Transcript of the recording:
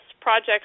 projects